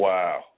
Wow